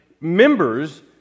members